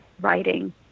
writing